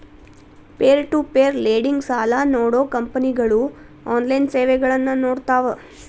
peer to peer lending ಸಾಲಾ ನೇಡೋ ಕಂಪನಿಗಳು ಆನ್ಲೈನ್ ಸೇವೆಗಳನ್ನ ನೇಡ್ತಾವ